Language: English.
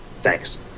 thanks